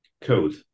code